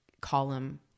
column